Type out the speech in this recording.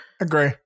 agree